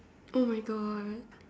oh my God